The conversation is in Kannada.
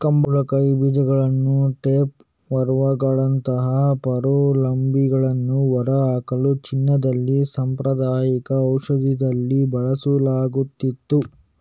ಕುಂಬಳಕಾಯಿ ಬೀಜಗಳನ್ನ ಟೇಪ್ ವರ್ಮುಗಳಂತಹ ಪರಾವಲಂಬಿಗಳನ್ನು ಹೊರಹಾಕಲು ಚೀನಾದಲ್ಲಿ ಸಾಂಪ್ರದಾಯಿಕ ಔಷಧದಲ್ಲಿ ಬಳಸಲಾಗುತ್ತಿತ್ತು